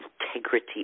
integrity